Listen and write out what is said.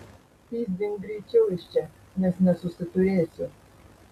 pyzdink greičiau iš čia nes nesusiturėsiu